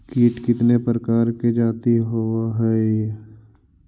कीट कीतने प्रकार के जाती होबहय?